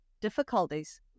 difficulties